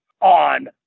on